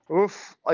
Oof